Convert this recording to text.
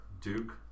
Duke